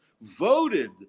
voted